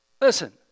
Listen